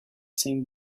same